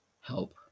help